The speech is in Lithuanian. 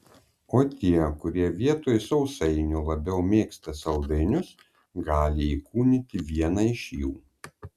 o tie kurie vietoj sausainių labiau mėgsta saldainius gali įkūnyti vieną iš jų